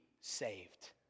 saved